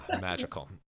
Magical